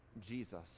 jesus